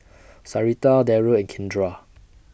Sarita Daryl and Kindra